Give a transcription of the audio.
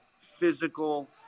physical